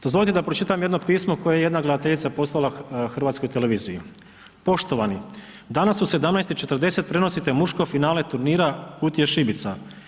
Dozvolite da pročitam jedno pismo koje je jedna gledateljica poslala Hrvatskoj televiziji: „Poštovani, danas u 17.40 prenosite muško finale turnira Kutija šibica.